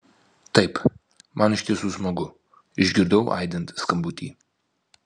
taip man iš tiesų smagu išgirdau aidint skambutį